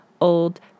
old